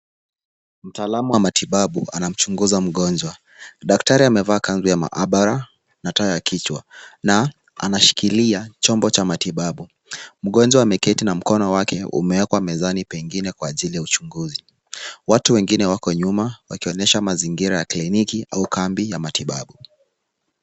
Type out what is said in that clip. Mtaalamu wa matibabu anamchunguza mgonjwa. Daktari amevaa kanzu ya maabara na taa ya kichwa na anashikilia chombo cha matibabu. Mgonjwa ameketi na mkono wake umewekwa mezani pengine kwa ajili ya uchunguzi. Watu wengine wako nyuma, wakionyesha mazingira ya kliniki au kambi ya matibabu.